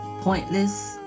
pointless